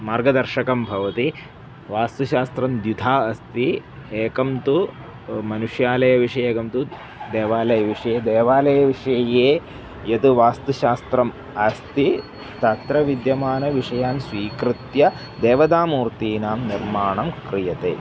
मार्गदर्शकः भवति वास्तुशास्त्रं द्विधा अस्ति एकं तु मनुष्यालयविषये एकं तु देवालयविषये देवालयविषये यद् वास्तुशास्त्रम् अस्ति तत्र विद्यमानविषयान् स्वीकृत्य देवतामूर्तीनां निर्माणं क्रियते